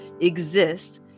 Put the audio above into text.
exist